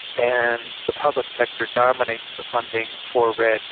and the public sector dominates the funding for redd